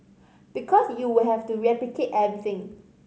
because you would have to replicate everything